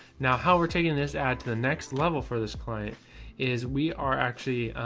now how we're taking this add to the next level for this client is we are actually,